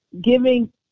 giving